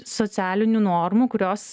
socialinių normų kurios